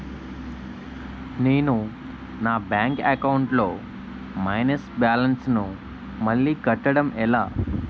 నేను నా bank account లొ మైనస్ బాలన్స్ ను మళ్ళీ కట్టడం ఎలా?